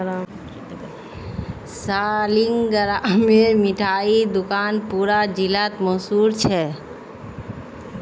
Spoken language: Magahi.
सालिगरामेर मिठाई दुकान पूरा जिलात मशहूर छेक